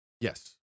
Yes